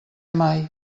mai